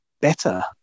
better